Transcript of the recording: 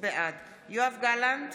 בעד יואב גלנט,